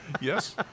Yes